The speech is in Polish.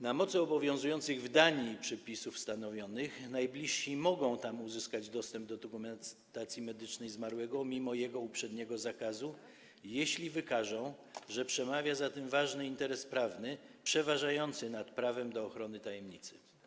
Na mocy obowiązujących w Danii przepisów stanowionych najbliżsi mogą tam uzyskać dostęp do dokumentacji medycznej zmarłego mimo jego uprzedniego zakazu, jeśli wykażą, że przemawia za tym ważny interes prawny przeważający nad prawem do ochrony tajemnicy.